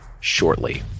shortly